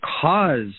cause